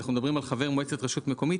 אנחנו מדברים על חבר מועצת רשות מקומית,